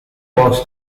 box